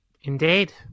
Indeed